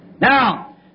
Now